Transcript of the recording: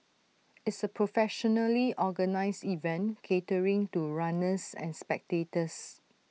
it's A professionally organised event catering to runners and spectators